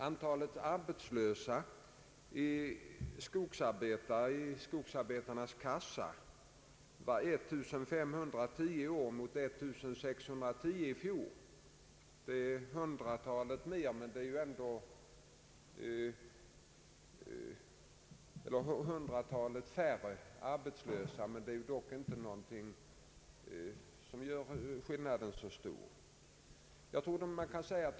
Antalet arbetslösa skogsarbetare i skogsarbetarnas kassa var 1510 i år mot 1610 i fjol. Det var alltså 100 färre arbetslösa, vilket dock inte är en särskilt stor skillnad.